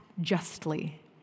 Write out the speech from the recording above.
justly